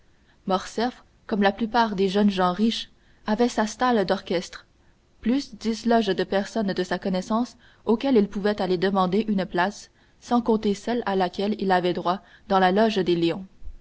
morcerf comme la plupart des jeunes gens riches avait sa stalle d'orchestre plus dix loges de personnes de sa connaissance auxquelles il pouvait aller demander une place sans compter celle à laquelle il avait droit dans la loge des lions